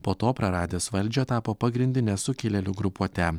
po to praradęs valdžią tapo pagrindine sukilėlių grupuote